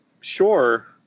sure